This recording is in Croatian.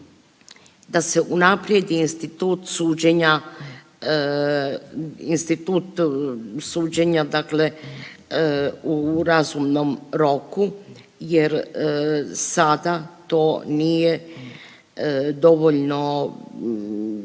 suđenja, institut suđenja dakle u razumnom roku jer sada to nije dovoljno